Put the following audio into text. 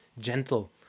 gentle